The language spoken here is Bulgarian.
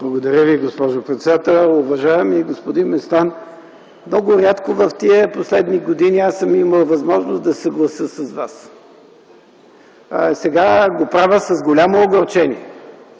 Благодаря Ви, госпожо председател. Уважаеми господин Местан, много рядко в тия последни години аз съм имал възможност да се съглася с Вас. Сега го правя с голямо огорчение.